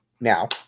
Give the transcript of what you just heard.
Now